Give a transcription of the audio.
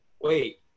wait